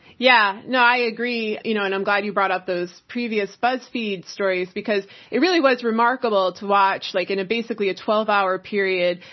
yeah, no, i agree. you know, and i'm glad you brought up those previous buzzfeed stories, because it really was remarkable to watch. like in basically a twelve hour period,